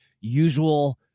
usual